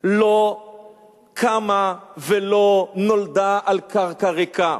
לא קמה ולא נולדה על קרקע ריקה.